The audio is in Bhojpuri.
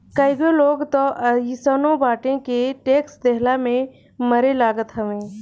कईगो लोग तअ अइसनो बाटे के टेक्स देहला में मरे लागत हवे